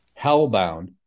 Hellbound